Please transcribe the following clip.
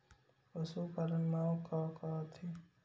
पशुपालन मा का का आथे?